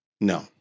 No